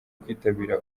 kwitabira